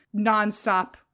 nonstop